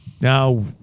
Now